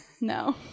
No